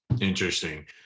interesting